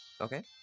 Okay